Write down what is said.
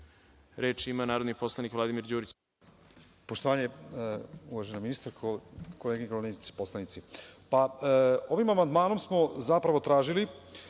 ima narodni poslanik Vladimir Đurić.